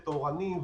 תאורנים,